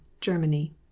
Germany